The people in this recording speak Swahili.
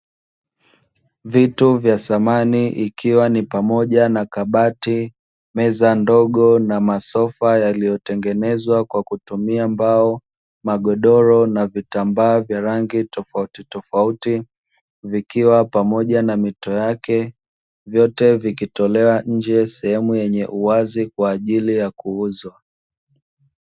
Vituo vya thamani ikiwa ni pamoja na kabati, meza ndogo na masofa yaliyotengenezwa kwa kutumia mbao, magodoro na vitambaa vya rangi tofautitofauti, vikiwa pamoja na mito yake, vyote vikitolewa nje sehemu yenye uwazi kwa ajili ya kuuzwa.